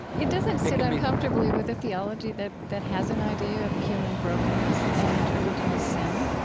it doesn't sit uncomfortably with a theology that that has an idea of human brokenness and original sin?